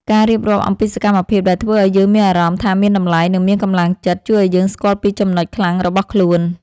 ការរៀបរាប់អំពីសកម្មភាពដែលធ្វើឱ្យយើងមានអារម្មណ៍ថាមានតម្លៃ និងមានកម្លាំងចិត្ត ជួយឱ្យយើងស្គាល់ពីចំណុចខ្លាំងរបស់ខ្លួន។